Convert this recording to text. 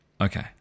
Okay